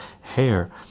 hair